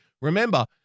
Remember